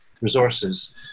resources